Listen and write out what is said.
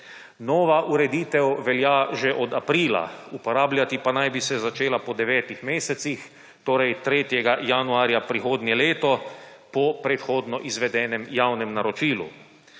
Nova ureditev velja že od aprila, uporabljati pa naj bi se začela po 9-ih mesecih, torej 3. januarja prihodnje leto po predhodno izvedenem javnem naročilu.